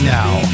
now